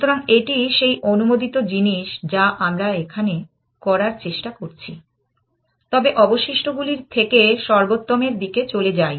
সুতরাং এটি সেই অনুমোদিত জিনিস যা আমরা এখানে করার চেষ্টা করছি তবে অবশিষ্টগুলির থেকে সর্বোত্তমের দিকে চলে যাই